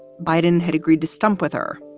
biden had agreed to stump with her.